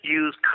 use